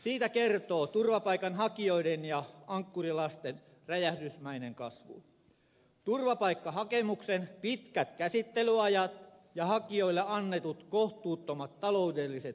siitä kertoo turvapaikanhakijoiden ja ankkurilasten räjähdysmäinen kasvu turvapaikkahakemusten pitkät käsittelyajat ja hakijoille annetut kohtuuttomat taloudelliset etuudet